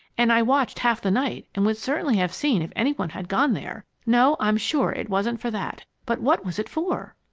and i watched half the night and would certainly have seen if any one had gone there. no, i'm sure it wasn't for that. but what was it for?